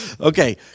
Okay